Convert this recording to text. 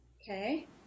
Okay